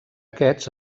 aquests